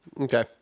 Okay